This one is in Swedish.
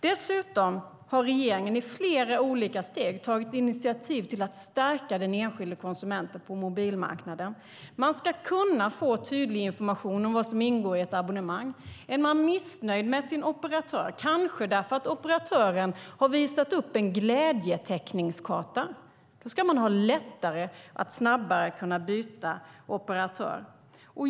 Dessutom har regeringen i flera olika steg tagit initiativ till att stärka den enskilde konsumenten på mobilmarknaden. Man ska kunna få tydlig information om vad som ingår i ett abonnemang. Är man missnöjd med sin operatör, kanske därför att operatören har visat upp en glädjetäckningskarta, ska man ha lättare att snabbt byta operatör.